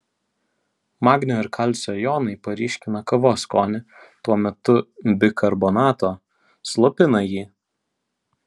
magnio ir kalcio jonai paryškina kavos skonį tuo metu bikarbonato slopina jį